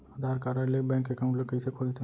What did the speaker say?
आधार card ले bank account ल कइसे खोलथे?